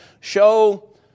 show